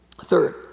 Third